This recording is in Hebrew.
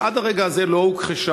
ועד לרגע הזה לא הוכחשה,